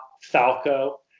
Falco